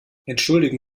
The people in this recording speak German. entschuldigen